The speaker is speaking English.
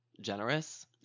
generous